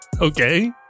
Okay